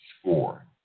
score